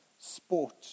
sport